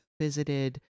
visited